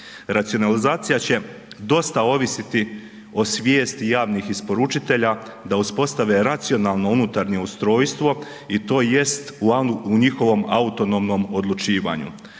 Racionalizacija će dosta ovisiti o svijesti javnih isporučitelja da uspostave racionalno unutarnje ustrojstvo i to jest u njihovom autonomnom odlučivanju,